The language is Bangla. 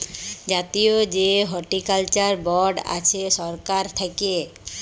জাতীয় যে হর্টিকালচার বর্ড আছে সরকার থাক্যে